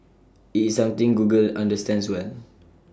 IT is something Google understands well